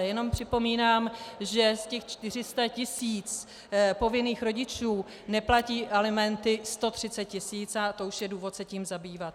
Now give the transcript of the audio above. Jenom připomínám, že z těch 400 tisíc povinných rodičů neplatí alimenty 130 tisíc, a to už je důvod se tím zabývat.